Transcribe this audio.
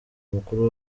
mukuru